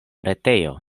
retejo